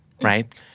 right